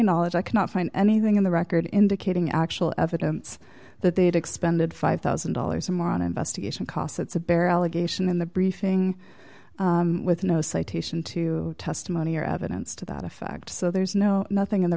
knowledge i can find anything in the record indicating actual evidence that they had expended five thousand dollars or more on investigation costs it's a bare allegation in the briefing with no citation to testimony or evidence to that effect so there's no nothing in the